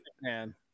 man